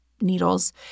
needles